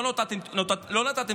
לא נתתם תוספות.